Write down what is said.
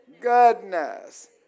goodness